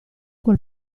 quel